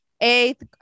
eighth